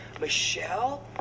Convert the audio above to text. Michelle